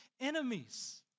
enemies